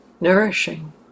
nourishing